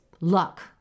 luck